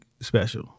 special